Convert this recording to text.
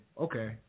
okay